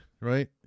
right